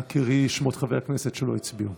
נא קראי בשמות חברי הכנסת שלא הצביעו,